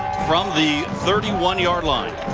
from the thirty one yard line.